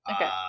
Okay